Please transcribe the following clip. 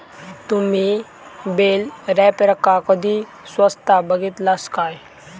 तुम्ही बेल रॅपरका कधी स्वता बघितलास काय?